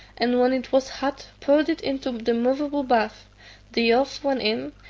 and when it was hot poured it into the moveable bath the went in,